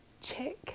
check